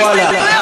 הוא עלה,